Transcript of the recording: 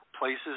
places